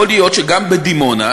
יכול להיות שגם בדימונה